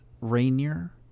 Rainier